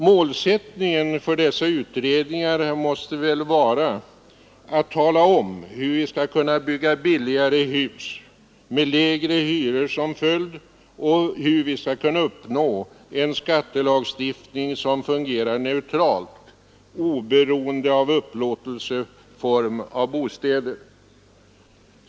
Målsättningen för dessa utredningar måste väl vara att tala om hur vi skall kunna bygga billigare hus med lägre hyror som följd och hur vi skall uppnå en skattelagstiftning som fungerar neutralt, oberoende av upplåtelseform av bostäder.